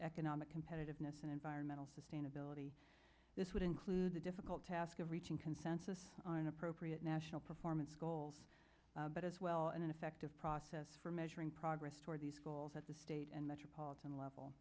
economic competitiveness and environmental sustainability this would include the difficult task of reaching consensus on appropriate national performance goals but as well an ineffective process for measuring progress toward these goals at the state and metropolitan level